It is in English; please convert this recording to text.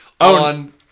on